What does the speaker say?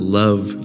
love